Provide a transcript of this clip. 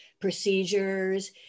procedures